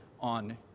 on